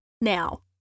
now